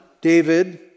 David